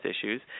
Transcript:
issues